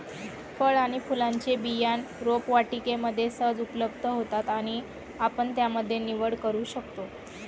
फळ आणि फुलांचे बियाणं रोपवाटिकेमध्ये सहज उपलब्ध होतात आणि आपण त्यामध्ये निवड करू शकतो